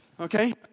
Okay